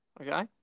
Okay